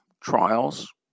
trials